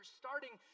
starting